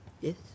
Yes